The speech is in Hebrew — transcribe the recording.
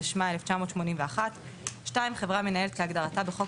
התשמ"א-1981; חברה מנהלת כהגדרתה בחוק